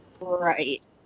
Right